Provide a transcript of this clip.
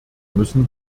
müssen